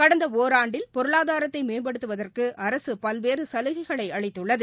கடந்தஒராண்டில் பொருளாதாரத்தைமேம்படுத்துவதற்குஅரசுபல்வேறுசலுகைகளைஅளித்துள்ளது